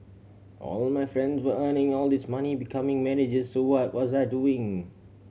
all my friends were earning all this money becoming manager so what was I doing